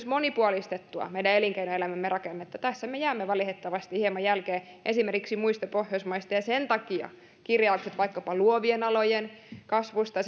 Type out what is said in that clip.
monipuolistettua meidän elinkeinoelämämme rakennetta tässä me jäämme valitettavasti hieman jälkeen esimerkiksi muista pohjoismaista ja sen takia kirjaukset vaikkapa luovien alojen kasvusta